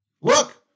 Look